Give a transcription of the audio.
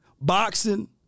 Boxing